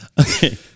okay